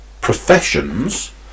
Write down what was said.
professions